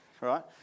right